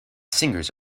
singers